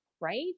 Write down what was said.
Right